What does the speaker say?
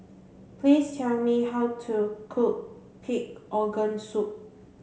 please tell me how to cook pig organ soup